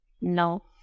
No